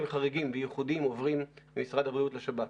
חריגים ויחודיים ממשרד הבריאות לשב"כ.